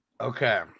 Okay